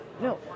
no